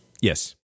Yes